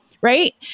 right